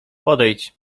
podejdź